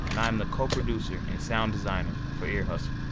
and i am the co-producer and sound designer for ear hustle